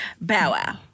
Bow-wow